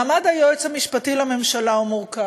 מעמד היועץ המשפטי לממשלה מורכב,